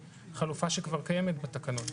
זאת חלופה שכבר קיימת בתקנות.